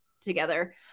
together